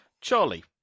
Charlie